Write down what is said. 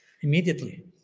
immediately